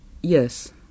Yes